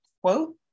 quote